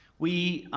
we,